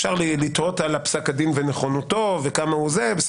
אפשר לתהות על פסק הדין ונכונותו אבל נניח